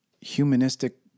humanistic